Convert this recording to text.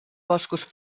boscos